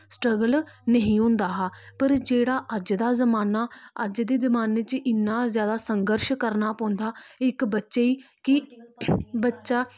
struggle निही होंदा हा पर जेह्ड़ा अज्ज दा जमान्ना अज्ज दी जमान्ने च इन्ना ज्यादा संघर्श करना पौंदा इक बच्चे गी कि बच्चा